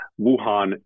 Wuhan